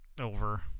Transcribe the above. Over